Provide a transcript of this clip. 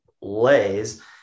lays